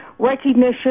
recognition